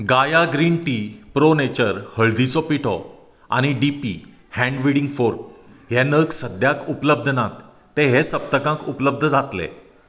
गाया green tea pro nature हळदीचो पिठो आनी डी पी हँड विडींग फोट हे नग सद्याक उपलब्द नात ते हे सप्तकांक उपलब्द जातले